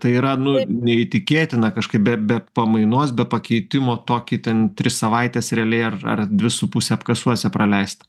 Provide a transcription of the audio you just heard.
tai yra nu neįtikėtina kažkaip be be pamainos be pakeitimo tokį ten tris savaites realiai ar ar dvi su puse apkasuose praleist